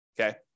okay